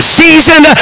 season